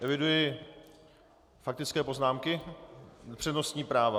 Eviduji faktické poznámky, přednostní práva.